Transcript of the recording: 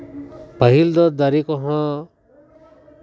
ᱯᱟᱹᱦᱤᱞ ᱫᱚ ᱫᱟᱨᱮ ᱠᱚᱦᱚᱸ